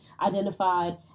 identified